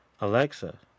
Alexa